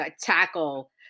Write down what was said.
tackle